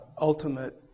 ultimate